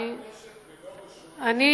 החזקת נשק בלא רשות, הענישה היא חמש שנים.